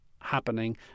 happening